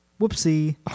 Whoopsie